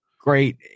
great